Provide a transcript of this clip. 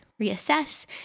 reassess